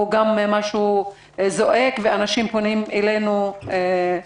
גם זה זועק לשמיים ואנשים פונים אלינו בתלונות.